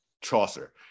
Chaucer